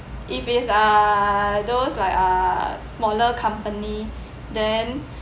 if it's uh those like uh smaller company then